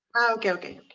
okay, okay.